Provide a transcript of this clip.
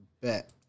bet